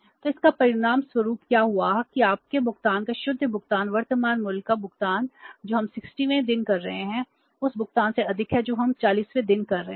तो इसके परिणामस्वरूप क्या हुआ है कि आपके भुगतान का शुद्ध भुगतान वर्तमान मूल्य का भुगतान जो हम 60 वें दिन कर रहे हैं उस भुगतान से अधिक है जो हम 40 वें दिन कर रहे हैं